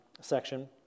section